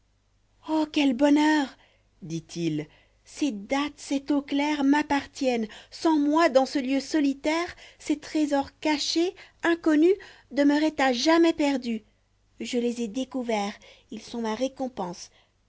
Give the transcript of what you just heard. o quel bonheur dit-il ces dattes cette eau claire m'appartiennent sans moi dans ce lieu solitaire ces trésors cachés inconnus demeuraient à jamais perdus de les ai découverts ils sont ma récompense